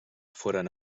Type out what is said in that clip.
foren